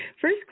First